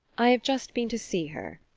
i have just been to see her,